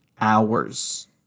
hours